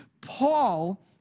Paul